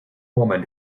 woman